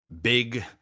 big